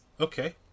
Okay